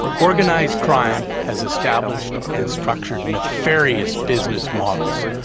organized crime has established and structured nefarious business models,